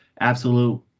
absolute